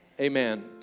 Amen